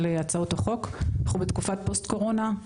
אנחנו בתקופת פוסט-קורונה,